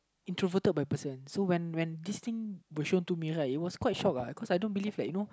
introverted by person so when when this thing was shown to me right it was quite shock ah cause I don't believe I know